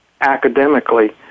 academically